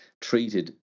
treated